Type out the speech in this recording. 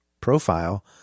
profile